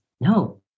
No